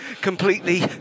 completely